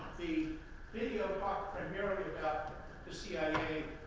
the video talked primarily about the cia,